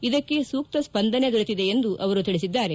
ಇದಕ್ಕೆ ಸೂಕ್ತ ಸ್ವಂದನೆ ದೊರೆತಿದೆ ಎಂದು ಅವರು ತಿಳಿಸಿದ್ದಾರೆ